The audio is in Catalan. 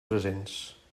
presents